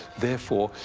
therefore,